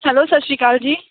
hello ਸਤਿ ਸ਼੍ਰੀ ਅਕਾਲ ਜੀ